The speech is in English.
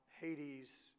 Hades